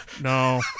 No